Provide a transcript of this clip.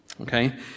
okay